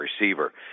receiver